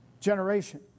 generation